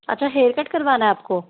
अच्छा haircut करवाना है आपको